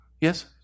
yes